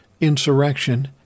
insurrection